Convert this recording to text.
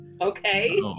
Okay